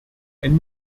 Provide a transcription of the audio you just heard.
ein